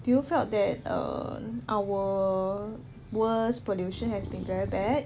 do you felt that err our worst pollution has been very bad